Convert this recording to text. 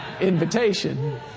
invitation